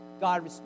God